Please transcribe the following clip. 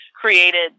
created